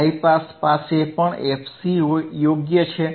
high pass પાસે પણ FC યોગ્ય છે